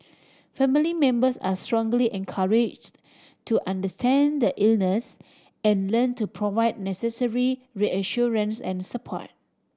family members are strongly encouraged to understand the illness and learn to provide necessary reassurance and support